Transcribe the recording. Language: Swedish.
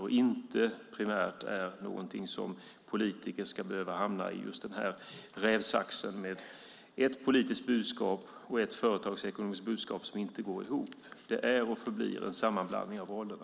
Politiker ska inte primärt behöva hamna i just rävsaxen med ett politiskt budskap och ett företagsekonomiskt budskap som inte går ihop. Det är och förblir en sammanblandning av rollerna.